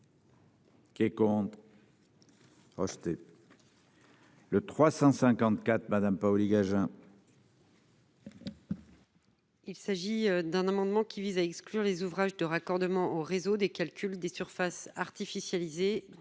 compte. Acheter. Le 354 madame Paoli-Gagin. Il s'agit d'un amendement qui vise à exclure les ouvrages de raccordement au réseau des calculs, des surfaces artificialisées